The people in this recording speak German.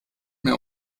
mehr